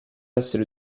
essere